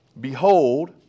Behold